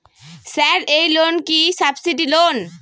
Sir এই loan কি subsidy loan?